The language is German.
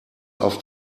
auf